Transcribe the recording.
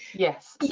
yes,